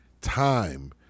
time